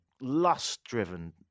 lust-driven